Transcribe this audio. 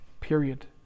Period